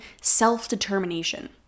self-determination